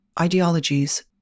ideologies